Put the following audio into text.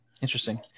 Interesting